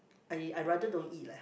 I I rather don't eat lah